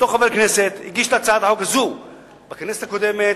בהיותו חבר כנסת, הגיש הצעת חוק זו בכנסת הקודמת,